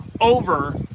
over